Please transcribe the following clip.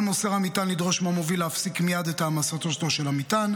על מוסר המטען לדרוש מהמוביל להפסיק מייד את העמסתו של המטען.